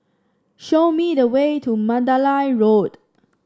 show me the way to Mandalay Road